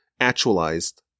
actualized